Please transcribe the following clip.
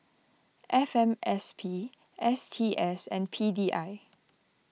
F M S P S T S and P D I